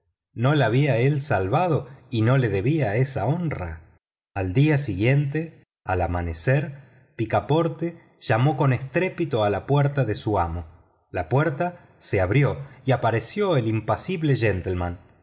no la había él salvado y no le debía esa honra al día siguiente al amanecer picaporte llamó con estrépito a la puerta de su amo la puerta se abrió y apareció el impasible